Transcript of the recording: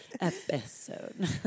Episode